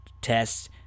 tests